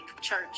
church